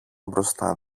μπροστά